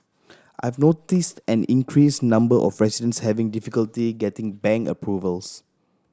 I've noticed an increase number of residents having difficulty getting bank approvals